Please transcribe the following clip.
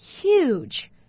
huge